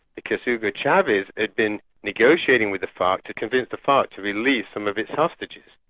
because hugo chavez had been negotiating with the farc to convince the farc to release some of its hostages,